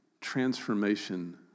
transformation